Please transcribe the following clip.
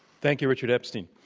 thank you richard epstein.